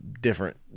different